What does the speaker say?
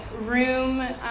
room